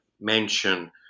mention